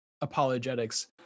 apologetics